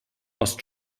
must